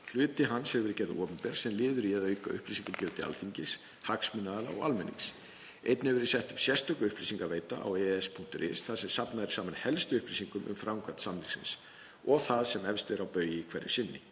Hluti hans hefur verið gerður opinber sem liður í að auka upplýsingagjöf til Alþingis, hagsmunaaðila og almennings. Einnig hefur verið sett upp sérstök upplýsingaveita á ees.is þar sem safnað er saman helstu upplýsingum um framkvæmd samningsins og það sem efst er á baugi hverju sinni.